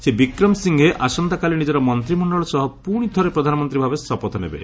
Shri Wickremesinghe ଆସନ୍ତାକାଲି ନିଜର ମନ୍ତ୍ରମଣ୍ଡଳ ସହ ପୁଣିଥରେ ପ୍ରଧାନମନ୍ତ୍ରୀ ଭାବେ ଶପଥ ନେବେ